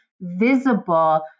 visible